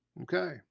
Okay